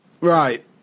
Right